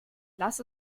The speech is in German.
lass